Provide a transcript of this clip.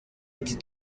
ati